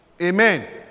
Amen